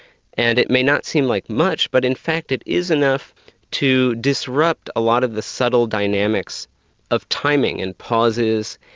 and it may not seem like much, but in fact it is enough to disrupt a lot of the subtle dynamics of timing and pauses,